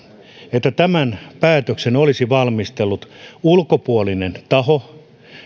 että tämän päätöksen olisi valmistellut ulkopuolinen taho